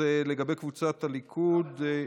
לגבי קבוצת סיעת הליכוד,